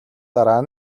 дараа